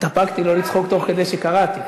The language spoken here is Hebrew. התאפקתי לא לצחוק תוך כדי שקראתי,